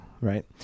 Right